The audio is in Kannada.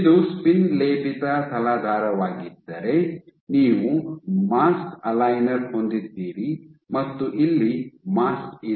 ಇದು ಸ್ಪಿನ್ ಲೇಪಿತ ತಲಾಧಾರವಾಗಿದ್ದರೆ ನೀವು ಮಾಸ್ಕ್ ಅಲೈನರ್ ಹೊಂದಿದ್ದೀರಿ ಮತ್ತು ಇಲ್ಲಿ ಮಾಸ್ಕ್ ಇದೆ